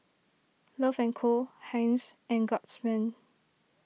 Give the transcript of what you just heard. Love and Co Heinz and Guardsman